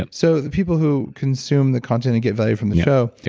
and so, the people who consume the content and get value from the show,